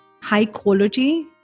high-quality